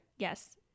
Yes